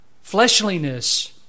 Fleshliness